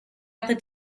other